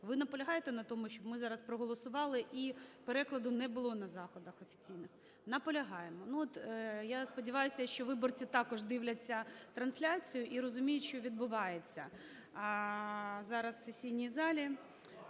Ви наполягаєте на тому, щоб ми зараз проголосували і перекладу не було на заходах офіційних? Наполягаєте. Ну от я сподіваюсь, що виборці також дивляться трансляцію і розуміють, що відбувається